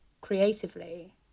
creatively